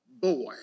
boy